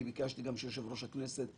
אני ביקשתי שיושב-ראש הכנסת,